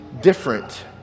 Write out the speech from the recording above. different